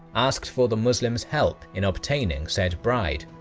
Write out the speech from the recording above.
asked for the muslims' help in obtaining said bride.